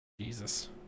Jesus